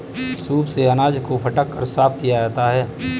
soup से अनाज को फटक कर साफ किया जाता है